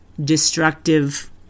destructive